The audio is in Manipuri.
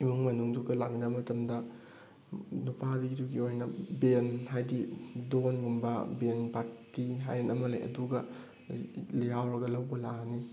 ꯏꯃꯨꯡ ꯃꯅꯨꯡꯗꯨꯒ ꯂꯥꯛꯃꯤꯟꯅꯕ ꯃꯇꯝꯗ ꯅꯨꯄꯥꯗꯨꯒꯤ ꯑꯣꯏꯅ ꯕꯦꯟ ꯍꯥꯏꯗꯤ ꯗꯣꯟꯒꯨꯝꯕ ꯕꯦꯟ ꯄꯥꯔꯇꯤ ꯍꯥꯏꯅ ꯑꯃ ꯂꯩ ꯑꯗꯨꯒ ꯌꯥꯎꯔꯒ ꯂꯧꯕ ꯂꯥꯛꯑꯅꯤ